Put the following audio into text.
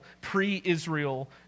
pre-Israel